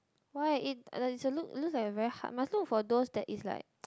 why it is a look looks like a very hard must look for those that is like